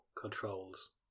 controls